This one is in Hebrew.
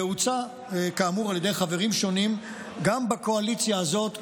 והוצע כאמור על ידי חברים שונים גם בקואליציה הזאת,